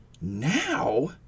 now